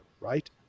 right